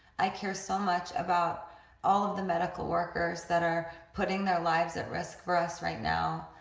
i care so much about all of the medical workers that are putting their lives at risk for us right now.